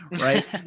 right